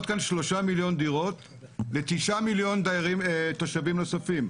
כאן שלושה מיליון דירות לתשעה מיליון תושבים נוספים,